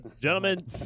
gentlemen